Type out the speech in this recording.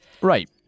Right